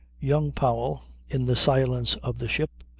young powell, in the silence of the ship,